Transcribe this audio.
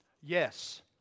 Yes